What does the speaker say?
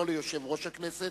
לא ליושב-ראש הכנסת,